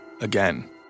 again